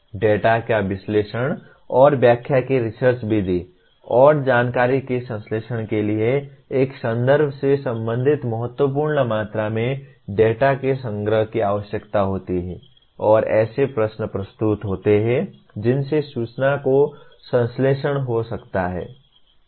data के विश्लेषण और व्याख्या की रिसर्च विधि और जानकारी के संश्लेषण के लिए एक संदर्भ से संबंधित महत्वपूर्ण मात्रा में डेटा के संग्रह की आवश्यकता होती है और ऐसे प्रश्न प्रस्तुत होते हैं जिनसे सूचना का संश्लेषण हो सकता है